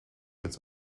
its